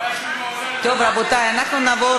ראש הממשלה, רבותי, אנחנו נעבור